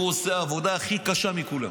הוא עושה את העבודה הכי קשה מכולם